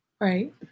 Right